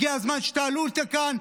הגיע הזמן שתעלו את זה כאן.